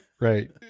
right